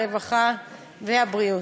הרווחה והבריאות.